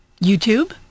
YouTube